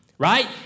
Right